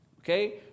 okay